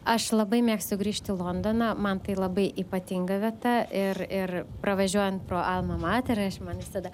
aš labai mėgstu grįžt į londoną man tai labai ypatinga vieta ir ir pravažiuojant pro alma mater aš man visada